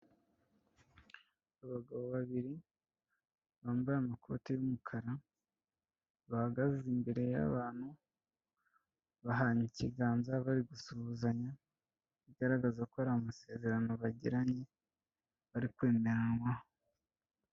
Abagabo babiri bambaye amakoti y'umukara bahagaze imbere y'abantu bahana ikiganza bari gusuhuzanya, bigaragaza ko ari amasezerano bagiranye bari kwemeranywaho.